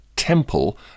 temple